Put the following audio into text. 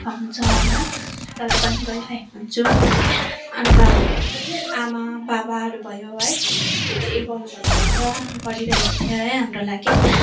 हुन्छ होइन तरै पनि गरिरहेको हुन्छौँ अन्त आमा बाबाहरू भयो है धेरै गर्नुभएको हुन्छ गरिरहेको थियो है हाम्रो लागि